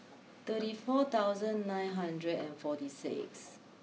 thirty four thousand nine hundred and forty six